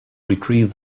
retrieve